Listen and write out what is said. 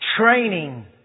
Training